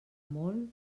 molt